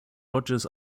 rogers